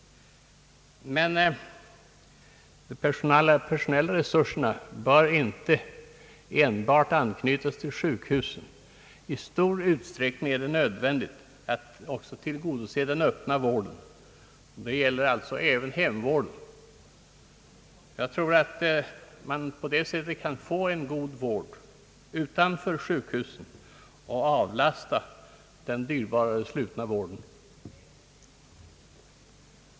Men de personella resurserna bör inte enbart anknytas till sjukhusen. I stor utsträckning är det nödvändigt att också tillgodose den öppna vården. Det gäller alltså även hemvården. Jag tror att man på det sättet kan få en god vård utanför sjukhusen och avlasta den dyrbarare slutna vården.